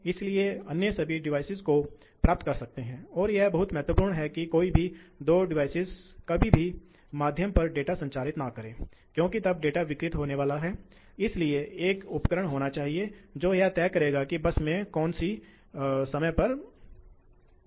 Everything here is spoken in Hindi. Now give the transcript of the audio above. तो अब हमें ऊर्जा औसत हॉर्स पावर की आवश्यकताओं को देखें जब आप गति को भिन्न कर रहे हैं तो 100 मामला समान 335 है